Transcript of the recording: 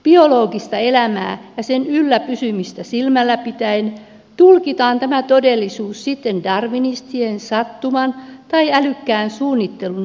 biologista elämää ja sen yllä pysymistä silmällä pitäen tulkitaan tämä todellisuus sitten darvinistisen sattuman tai älykkään suunnittelun näkökulmasta